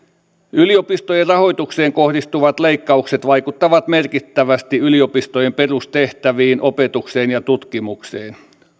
yliopistojen rahoitukseen kohdistuvat leikkaukset vaikuttavat merkittävästi yliopistojen perustehtäviin opetukseen ja tutkimukseen